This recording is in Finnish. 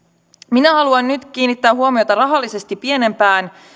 minä haluan nyt kiinnittää huomiota rahallisesti pienempään